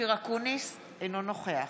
אופיר אקוניס, אינו נוכח